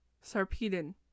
Sarpedon